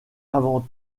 avant